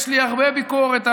יש לי הרבה ביקורת עליו,